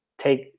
take